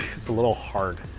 it's a little hard